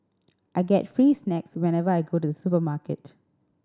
I get free snacks whenever I go to supermarket